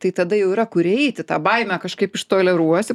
tai tada jau yra kur eiti tą baimę kažkaip ištoleruosi